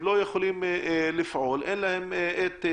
אבל לא יכולים לפעול כי אין להם כלים.